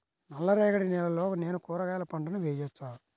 నల్ల రేగడి నేలలో నేను కూరగాయల పంటను వేయచ్చా?